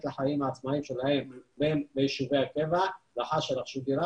לחיים העצמאים שלהם בין ביישובי הקבע לאחר שרכשו דירה.